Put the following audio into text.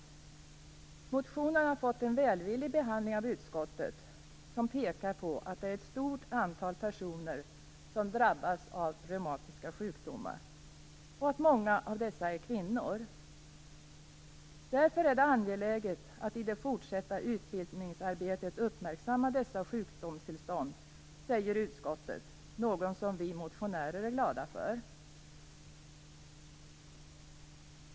Motionen har fått en välvillig behandling av utskottet, som pekar på att det är ett stort antal personer som drabbas av reumatiska sjukdomar och att många av dessa är kvinnor. Därför är det angeläget att i det fortsatta utbildningsarbetet uppmärksamma dessa sjukdomstillstånd, säger utskottet, något som vi motionärer är glada för.